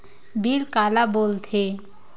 Bill काला बोल थे?